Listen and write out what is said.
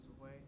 away